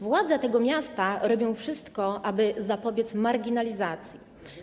Władze tego miasta robią wszystko, aby zapobiec marginalizacji.